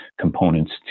components